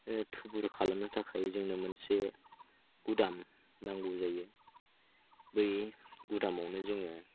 थुबुर खालामनो थाखाय जोंनो मोनसे गुदाम नांगौ जायो बै गुदामावनो जोङो